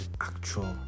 actual